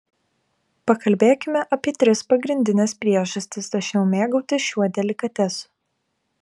pakalbėkime apie tris pagrindines priežastis dažniau mėgautis šiuo delikatesu